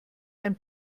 ein